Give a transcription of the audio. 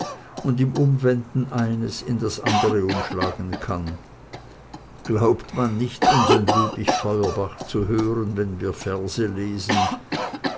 und im umwenden eines in das andere umschlagen kann glaubt man nicht unsern ludwig feuerbach zu hören wenn wir die verse lesen